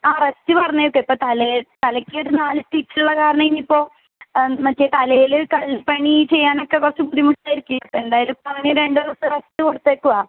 ആ റസ്റ്റ് പറഞ്ഞേക്ക ഇപ്പം തലയിൽ തലയ്ക്ക് ഒരു നാല് സ്റ്റിച്ചുള്ളത് കാരണം ഇനി ഇപ്പോൾ മറ്റെ തലയിൽ കൽപ്പണി ചെയ്യാനൊക്കെ കുറച്ച് ബുദ്ധിമുട്ട് ആയിരിക്കും ഇപ്പം എന്തായാലും ഇപ്പം അവന് രണ്ട് ദിവസത്തെ റസ്റ്റ് കൊടുത്തേക്കുവാണ്